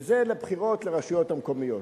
וזה לבחירות לרשויות המקומיות.